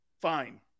Fine